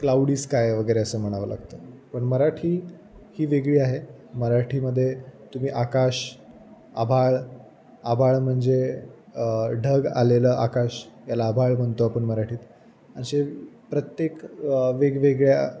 cloudy sky वगैरे असं म्हणावं लागतं पण मराठी ही वेगळी आहे मराठीमध्ये तुम्ही आकाश आभाळ आभाळ म्हणजे ढग आलेलं आकाश याला आभाळ म्हणतो आपण मराठीत असे प्रत्येक वेगवेगळ्या